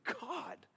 God